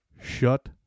Shut